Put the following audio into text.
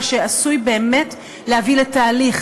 מה שעשוי באמת להביא לתהליך